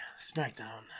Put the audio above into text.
SmackDown